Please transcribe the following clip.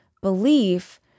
Belief